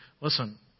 listen